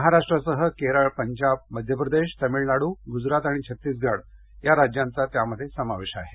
महाराष्ट्रासह केरळ पंजाब मध्यप्रदेश तामिळनाडू गुजरात आणि छत्तीसगड या राज्यांचा त्यामध्ये समावेश आहे